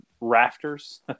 rafters